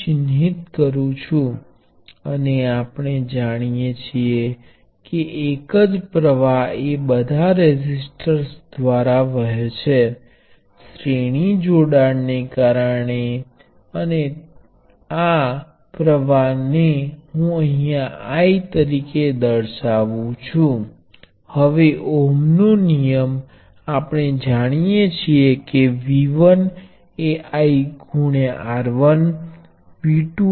ચાલો હું આ પ્રવાહ ને I1 આ પ્રવાહ ને I2 અને આ પ્રવાહ ને I3 કહું છું અને સ્પષ્ટપણે તમે જુઓ છો કે અહીંયા કુલ પ્રવાહ એ I1 I2 I3 છે